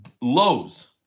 lows